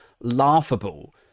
laughable